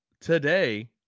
today